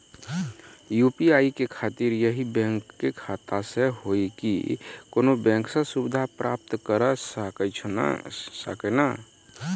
UPI के खातिर यही बैंक के खाता से हुई की कोनो बैंक से सुविधा प्राप्त करऽ सकनी?